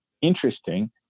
interesting